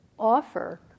Offer